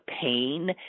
pain